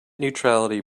neutrality